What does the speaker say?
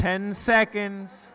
ten seconds